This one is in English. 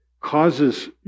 causes